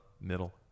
Middle